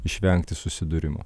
išvengti susidūrimo